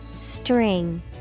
String